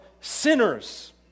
sinners